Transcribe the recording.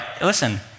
listen